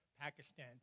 Pakistan